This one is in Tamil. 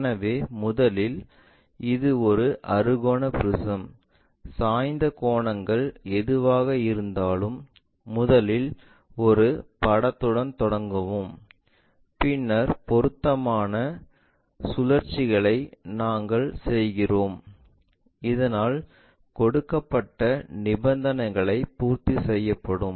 எனவே முதலில் இது ஒரு அறுகோண ப்ரிஸம் சாய்ந்த கோணங்கள் எதுவாக இருந்தாலும் முதலில் ஒரு படத்துடன் தொடங்கவும் பின்னர் பொருத்தமான சுழற்சிகளை நாங்கள் செய்கிறோம் இதனால் கொடுக்கப்பட்ட நிபந்தனைகள் பூர்த்தி செய்யப்படும்